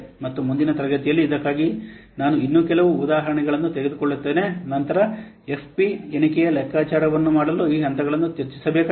ಮತ್ತು ಮುಂದಿನ ತರಗತಿಯಲ್ಲಿ ಇದಕ್ಕಾಗಿ ನಾನು ಇನ್ನೂ ಕೆಲವು ಉದಾಹರಣೆಗಳನ್ನು ತೆಗೆದುಕೊಳ್ಳುತ್ತೇನೆ ನಂತರ ನಾವು ಎಫ್ಪಿ ಎಣಿಕೆಯನ್ನು ಲೆಕ್ಕಾಚಾರ ಮಾಡಲು ಈ ಹಂತಗಳನ್ನು ಚರ್ಚಿಸಬೇಕಾಗಿದೆ